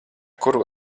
kuru